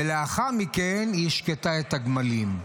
ולאחר מכן היא השקתה את הגמלים.